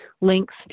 links